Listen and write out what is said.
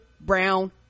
brown